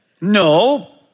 no